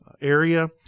area